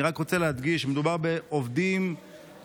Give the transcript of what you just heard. אני רק רוצה להדגיש: מדובר בעובדים מוחלשים,